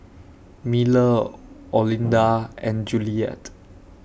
Miller Olinda and Juliette